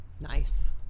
nice